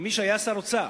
כמי שהיה שר האוצר.